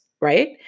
right